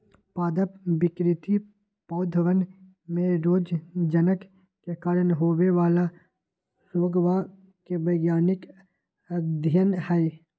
पादप विकृति पौधवन में रोगजनक के कारण होवे वाला रोगवा के वैज्ञानिक अध्ययन हई